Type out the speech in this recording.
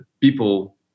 people